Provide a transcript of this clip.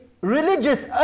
religious